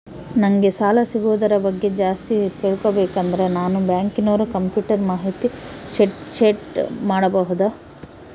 ನಂಗೆ ಸಾಲ ಸಿಗೋದರ ಬಗ್ಗೆ ಜಾಸ್ತಿ ತಿಳಕೋಬೇಕಂದ್ರ ನಾನು ಬ್ಯಾಂಕಿನೋರ ಕಂಪ್ಯೂಟರ್ ಮಾಹಿತಿ ಶೇಟ್ ಚೆಕ್ ಮಾಡಬಹುದಾ?